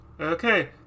Okay